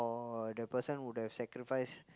or the person would have sacrificed